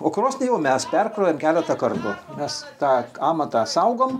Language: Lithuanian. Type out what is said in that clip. o krosnį jau mes perkrovėm keletą kartų mes tą amatą saugom